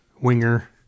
Winger